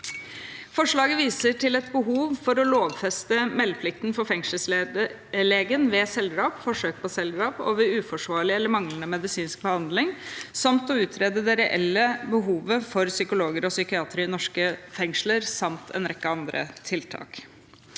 Forslaget viser til et behov for å lovfeste meldeplikten for fengselslegen ved selvdrap, forsøk på selvdrap og ved uforsvarlig eller manglende medisinsk behandling, å utrede det reelle behovet for psykologer og psykiatere i norske fengsler, samt en rekke andre tiltak.